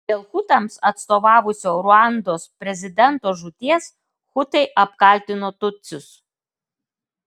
dėl hutams atstovavusio ruandos prezidento žūties hutai apkaltino tutsius